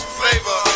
flavor